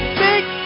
big